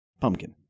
pumpkin